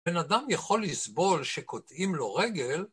בן אדם יכול לסבול שקוטעים לו רגל.